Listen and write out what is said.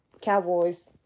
Cowboys